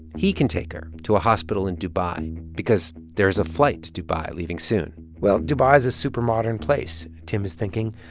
he can take her to a hospital in dubai because there's a flight to dubai leaving soon well, dubai's a super-modern place. tim is thinking,